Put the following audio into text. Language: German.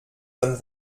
dann